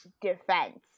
defense